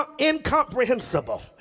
incomprehensible